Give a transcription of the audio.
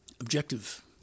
objective